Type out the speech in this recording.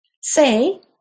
say